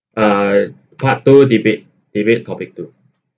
uh part two debate debate topic two